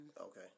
Okay